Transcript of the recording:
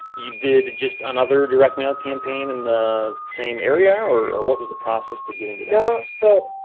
you did just another direct-mail campaign in the same area or what was the process to getting to that um so